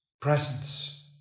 presence